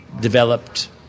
developed